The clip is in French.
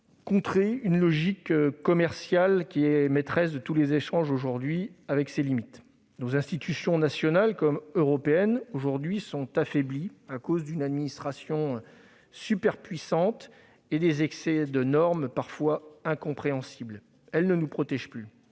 contrer une logique commerciale qui est maîtresse de tous les échanges aujourd'hui, avec les limites que cela comporte. Nos institutions, nationales comme européennes, sont aujourd'hui affaiblies à cause d'une administration surpuissante et des excès de normes parfois incompréhensibles. Elles ne nous protègent plus.